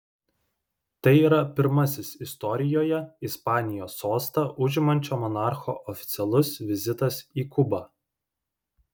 tai yra pirmasis istorijoje ispanijos sostą užimančio monarcho oficialus vizitas į kubą